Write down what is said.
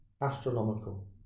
astronomical